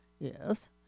Yes